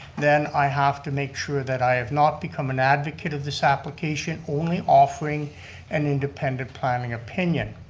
then i have to make sure that i have not become an advocate of this application, only offering an independent planning opinion.